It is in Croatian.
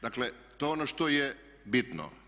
Dakle to je ono što je bitno.